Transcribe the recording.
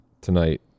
tonight